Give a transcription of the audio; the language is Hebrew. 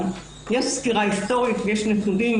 יש סקירה היסטורית ויש נתונים.